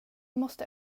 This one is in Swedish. måste